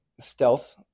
stealth